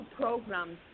programs